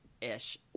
ish